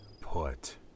put